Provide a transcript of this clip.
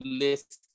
list